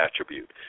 attribute